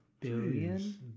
Billion